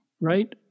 Right